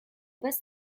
best